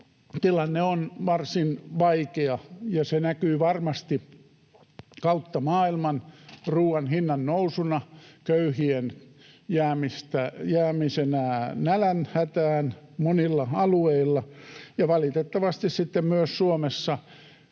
Tilanne on varsin vaikea, ja se näkyy varmasti kautta maailman ruoan hinnan nousuna, köyhien jäämisenä nälänhätään monilla alueilla ja valitettavasti sitten myös Suomessa